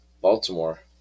Baltimore